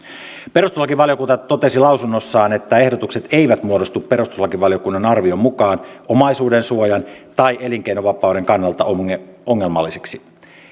perustuslakivaliokunta totesi lausunnossaan että ehdotukset eivät muodostu perustuslakivaliokunnan arvion mukaan omaisuudensuojan tai elinkeinonvapauden kannalta ongelmallisiksi